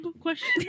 question